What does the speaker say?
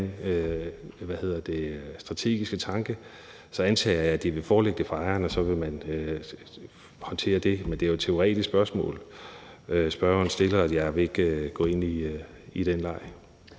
strategiske tanke, mener jeg, at de vil forelægge det for ejeren, og så vil man håndtere det. Men det er jo et teoretisk spørgsmål, spørgeren stiller, og jeg vil ikke gå ind i den leg.